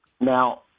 Now